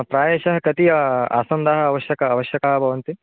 प्रायशः कति आसन्दाः आवश्यकाः आवश्यकाः भवन्ति